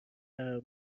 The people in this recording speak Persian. قرار